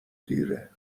دیره